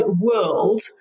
world